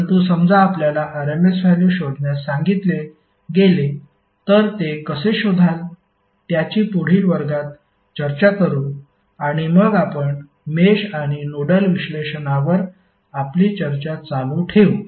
परंतु समजा आपल्याला RMS व्हॅल्यू शोधण्यास सांगितले गेले तर ते कसे शोधाल त्याची पुढील वर्गात चर्चा करू आणि मग आपण मेष आणि नोडल विश्लेषणावर आपली चर्चा चालू ठेवू